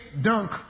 dunk